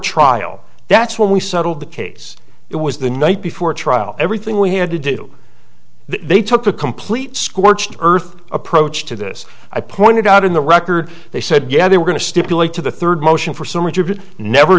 trial that's when we settled the case it was the night before trial everything we had to do they took a complete scorched earth approach to this i pointed out in the record they said yeah they were going to stipulate to the third motion for some rigid never